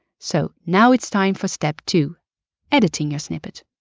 so, now it's time for step two editing your snippet.